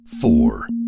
four